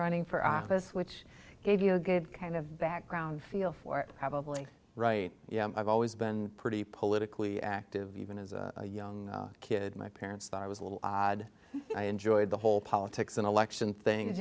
running for office which gave you a gave kind of background feel for it probably right yeah i've always been pretty politically active even as a young kid my parents thought i was a little odd i enjoyed the whole politics and election thing